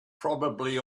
probably